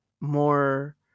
more